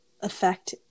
affect